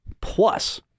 Plus